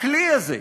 הכלי הזה,